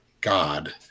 God